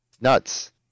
Nuts